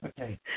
Okay